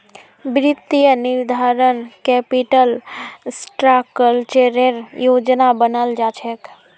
वित्तीय निर्धारणत कैपिटल स्ट्रक्चरेर योजना बनाल जा छेक